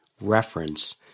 reference